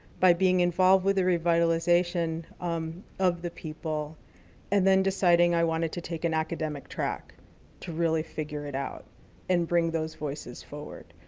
by being involved revitalization um of the people and then deciding i wanted to take an academic track to really figure it out and bring those voices forward.